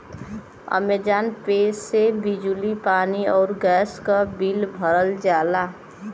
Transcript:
Amazon Pay से बिजली पानी आउर गैस क बिल भरल जाला